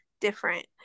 different